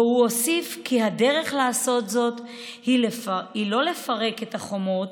והוא הוסיף: "הדרך לעשות זאת היא לא לפרק את החומות,